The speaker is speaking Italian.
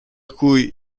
cui